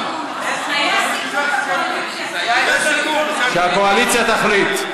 אז בואו נעביר לוועדת הכנסת, שוועדת הכנסת תחליט.